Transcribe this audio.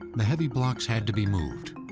the heavy blocks had to be moved.